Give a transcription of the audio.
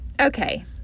okay